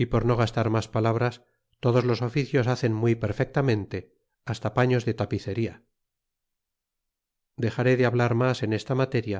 usa por no gastar mas palabras todos los oficios hacen muy perfectamente hasta paños de tapicería dexaré de hablar mas en esta materia